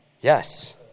Yes